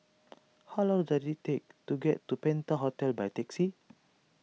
how long does it take to get to Penta Hotel by taxi